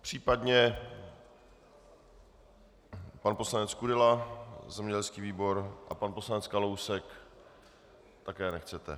Případně pan poslanec Kudela, zemědělský výbor, a pan poslanec Kalousek také nechcete.